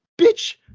bitch